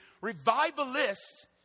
revivalists